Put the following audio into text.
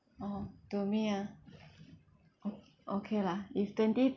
oh to me ah oh okay lah if twenty